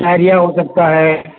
diarrhoea ہو سکتا ہے